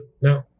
No